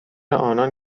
آنان